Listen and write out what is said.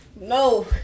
No